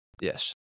Yes